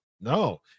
no